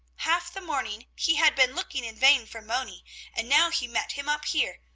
half the morning he had been looking in vain for moni and now he met him up here,